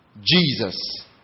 Jesus